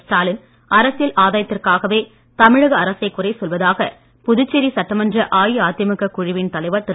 ஸ்டாலின் அரசியல் ஆதாயத்திற்காகவே தமிழக அரசைக் குறை சொல்வதாக புதுச்சேரி சட்டமன்ற அஇஅதிமுக குழுவின் தலைவர் திரு